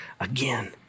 again